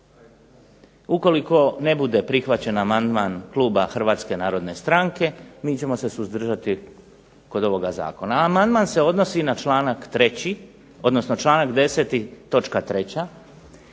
Ukoliko ne bude prihvaćen amandman kluba Hrvatske narodne stranke mi ćemo se suzdržati kod ovoga zakona, a amandman se odnosi na članak 3., odnosno članak 10. točka 3.